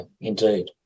indeed